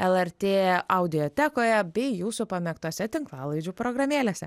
lrt audiotekoje bei jūsų pamėgtose tinklalaidžių programėlėse